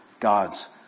God's